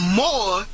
more